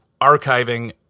archiving